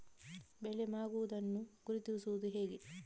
ಬೆಳೆ ಮಾಗುವುದನ್ನು ಗುರುತಿಸುವುದು ಹೇಗೆ?